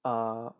err